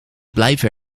blijven